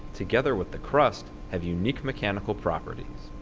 together with the crust, have unique mechanical properties.